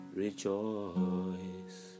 rejoice